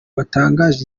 batangaje